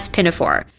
Pinafore